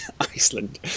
Iceland